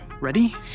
ready